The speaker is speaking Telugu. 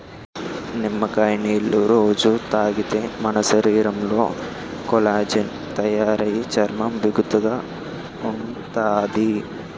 నిమ్మకాయ నీళ్ళు రొజూ తాగితే మన శరీరంలో కొల్లాజెన్ తయారయి చర్మం బిగుతుగా ఉంతాది